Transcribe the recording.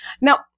Now